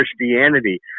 Christianity